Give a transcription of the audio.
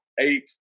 eight